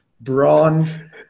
brawn